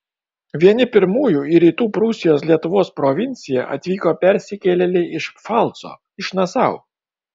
vieni pirmųjų į rytų prūsijos lietuvos provinciją atvyko persikėlėliai iš pfalco iš nasau